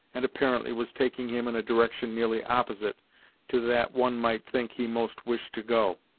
and apparently was taking him in a direction nearly opposite to that one might think he most wished to go.